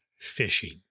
Fishing